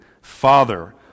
Father